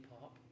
pop